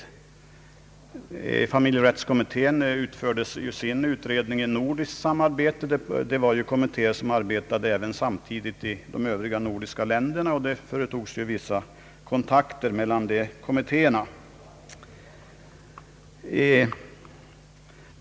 Familjerättskommittén utförde ju sin utredning i nordiskt samarbete. Det fanns kommittéer som arbetade samtidigt även i övriga nordiska länder, och det förekom vissa kontakter mellan kommittéerna.